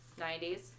90s